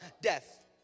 Death